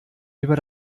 über